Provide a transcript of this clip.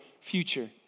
future